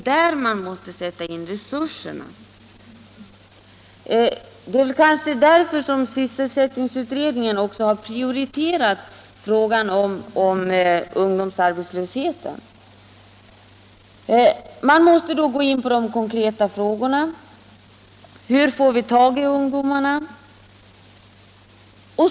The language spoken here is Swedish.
Där måste man sätta in resurserna. Det är kanske därför som sysselsättningsutredningen prioriterat frågan om ungdomsarbetslösheten. Man måste gå in på de konkreta frågorna. Hur får vi tag i ungdomarna?